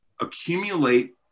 accumulate